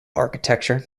architecture